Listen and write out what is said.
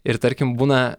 ir tarkim būna